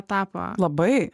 tapo labai